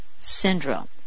syndrome